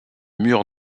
mur